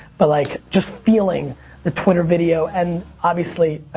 but like just feeling the twitter video and obviously, ah